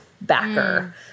backer